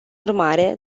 urmare